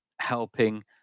helping